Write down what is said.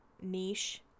niche